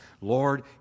Lord